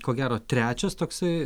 ko gero trečias toksai